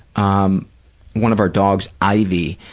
um one of our dogs, ivy,